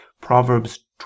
Proverbs